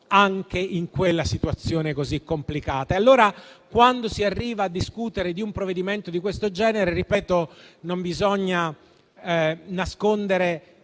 anche in quella situazione così complicata. Quando si arriva a discutere di un provvedimento di questo genere, non bisogna nasconderne